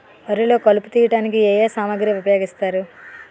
వరిలో కలుపు తియ్యడానికి ఏ ఏ సామాగ్రి ఉపయోగిస్తారు?